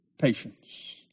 patience